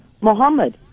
muhammad